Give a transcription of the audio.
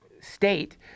state